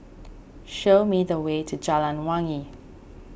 show me the way to Jalan Wangi